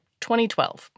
2012